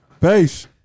Peace